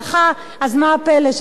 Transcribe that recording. אז מה הפלא שזו התשובה.